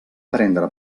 prendre